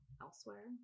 elsewhere